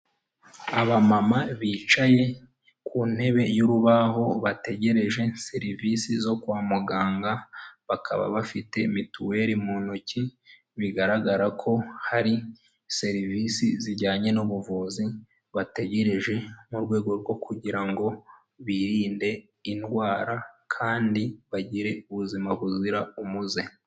Abamama bicaye ku ntebe y'urubaho bategereje serivisi zo kwa muganga, bakaba bafite mituweri mu ntoki bigaragara ko hari serivisi zijyanye n'ubuvuzi bategereje mu rwego rwo kugira ngo birinde indwara kandi bagire ubuzima buzira umuze.